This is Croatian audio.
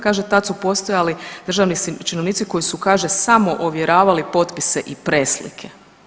Kaže, tad su postojali državni činovnici koji su kaže, samo ovjeravali potpise i preslike.